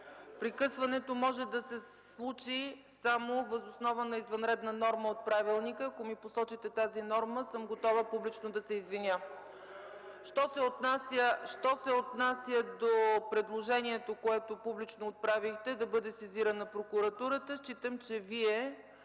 Прекъсването може да се случи само въз основа на извънредна норма от правилника. Ако ми посочите тази норма, съм готова публично да се извиня. (Шум и реплики от КБ.) Що се отнася до предложението, което публично отправихте – да бъде сезирана прокуратурата, считам, че Вие,